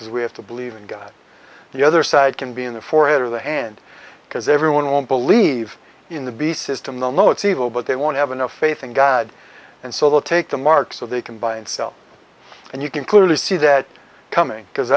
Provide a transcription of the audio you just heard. because we have to believe in god the other side can be in the forehead or the hand because everyone won't believe in the beast system they'll know it's evil but they won't have enough faith in god and so they'll take the mark so they can buy and sell and you can clearly see that coming because